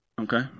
Okay